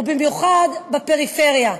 ובמיוחד בפריפריה.